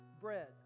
bread